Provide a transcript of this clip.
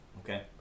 Okay